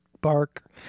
bark